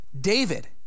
David